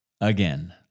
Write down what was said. Again